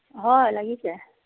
হয় লাগিছে